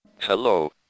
Hello